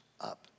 up